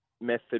method